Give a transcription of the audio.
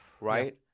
right